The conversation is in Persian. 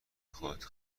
خودتو